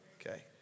Okay